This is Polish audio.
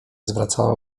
zwracała